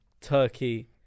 turkey